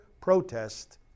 protest